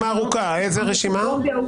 התיקונים שבהם החוקה מאמצת את הדין האירופי.